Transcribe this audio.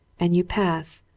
and you pass,